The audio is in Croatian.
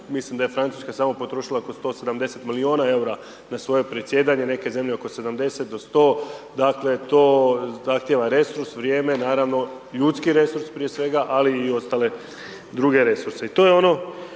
mislim da je Francuska samo potrošila oko 170 milijuna EUR-a na svoje predsjedanje, neke zemlje oko 70 do 100. Dakle, to zahtijeva resurs, vrijeme, naravno, ljudski resurs prije svega, ali i ostale druge resurse